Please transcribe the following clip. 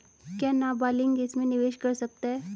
क्या नाबालिग इसमें निवेश कर सकता है?